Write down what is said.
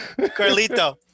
Carlito